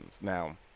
Now